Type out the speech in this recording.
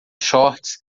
shorts